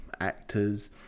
actors